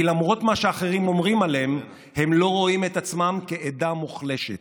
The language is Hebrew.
כי למרות מה שאחרים אומרים עליהם הם לא רואים את עצמם כעדה מוחלשת.